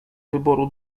wyboru